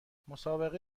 مسابقه